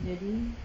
jadi